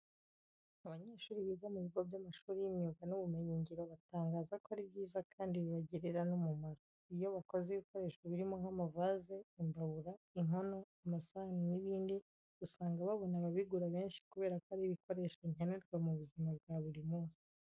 Abanyeshuri biga mu bigo by'amashuri y'imyuga n'ubumenyingiro batangaza ko ari byiza kandi bibagirira n'umumaro. Iyo bakoze ibikoresho birimo nk'amavaze, imbabura, inkono, amasahani n'ibindi usanga babona ababigura benshi kubera ko ari ibikoresho nkenerwa mu buzima bwa buri munsi.